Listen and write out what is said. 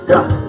God